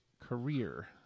Career